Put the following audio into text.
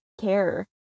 care